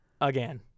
again